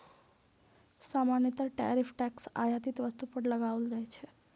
सामान्यतः tariff tax आयातित वस्तु पर लगाओल जाइ छै